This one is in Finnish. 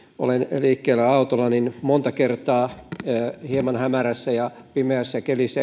olen liikkeellä autolla niin monta kertaa etenkin hieman hämärässä ja pimeässä kelissä